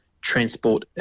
transport